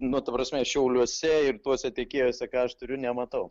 nu ta prasme šiauliuose ir tuose tiekėjuose ką aš turiu nematau